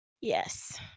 Yes